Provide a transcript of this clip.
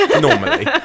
normally